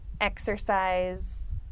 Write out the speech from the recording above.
exercise